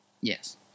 Yes